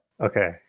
Okay